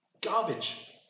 Garbage